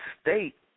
state